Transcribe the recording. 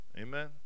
Amen